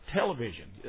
television